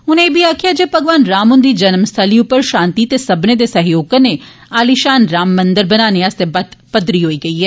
उनें इब्बी आक्खेआ जे मगवान राम हंदी जन्म स्थली उप्पर शांति ते सब्बने दे सहयोग कन्नै आलिशान राम मंदर बनाने आस्तै बत्त पदरी होई गेई ऐ